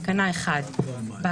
התשפ"א 2021 (להלן,